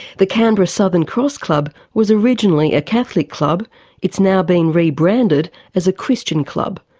the canberra southern cross club was originally a catholic club it's now being rebranded as a christian club.